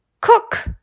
cook